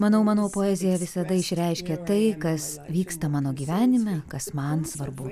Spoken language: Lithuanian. manau mano poezija visada išreiškia tai kas vyksta mano gyvenime kas man svarbu